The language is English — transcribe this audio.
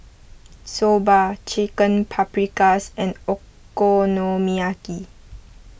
Soba Chicken Paprikas and Okonomiyaki